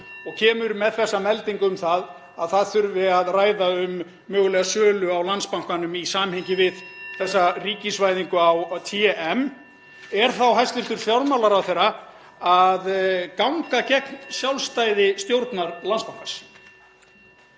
og kemur með þessa meldingu um að það þurfi að ræða um mögulega sölu á Landsbankanum í samhengi við þessa ríkisvæðingu á TM, (Forseti hringir.) er þá hæstv. fjármálaráðherra að ganga gegn sjálfstæði stjórnar Landsbankans?